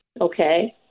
Okay